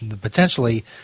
potentially